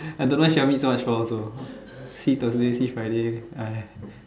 I don't know she want to meet so much for what also see Thursday see Friday !aiya!